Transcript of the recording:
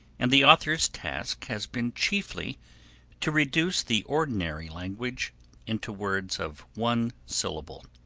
and the author's task has been chiefly to reduce the ordinary language into words of one syllable.